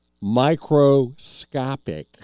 microscopic